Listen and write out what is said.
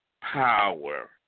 power